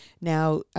Now